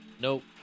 Nope